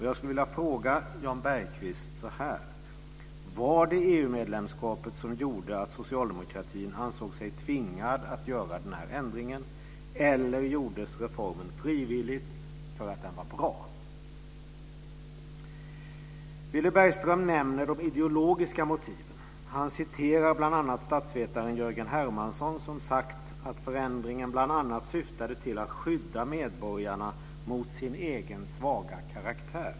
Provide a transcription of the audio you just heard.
Jag skulle vilja fråga Jan Bergqvist så här: Var det EU-medlemskapet som gjorde att socialdemokratin ansåg sig tvingad att göra den här ändringen eller gjordes reformen frivilligt för att den var bra? Villy Bergström nämner de ideologiska motiven. Han citerar bl.a. statsvetaren Jörgen Hermansson som sagt att förändringen bl.a. syftade till att skydda medborgarna mot sin egen svaga karaktär.